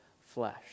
flesh